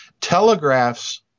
telegraphs